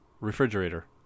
Refrigerator